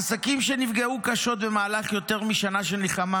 עסקים שנפגעו קשות במהלך יותר משנה של מלחמה